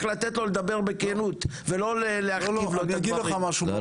לתת לא לדבר בכנות ולא להראות לו את הדברים,